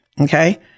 Okay